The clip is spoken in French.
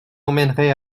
emmènerai